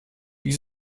wie